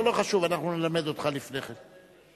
לא חשוב, אנחנו נלמד אותך לפני כן.